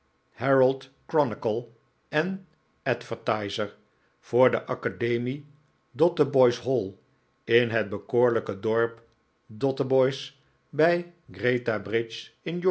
chronicle en advertiser voor de academie dotheboys hall in het bekoorlijke dorp dotheboys bij